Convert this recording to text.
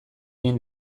egin